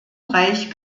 reich